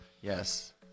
Yes